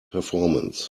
performance